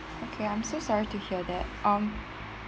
okay I'm so sorry to hear that um